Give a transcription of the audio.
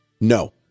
no